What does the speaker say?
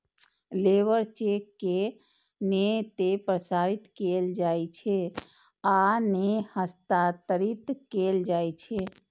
labour cheque के नै ते प्रसारित कैल जाइ छै आ नै हस्तांतरित कैल जाइ छै